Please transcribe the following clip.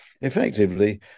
Effectively